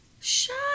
shut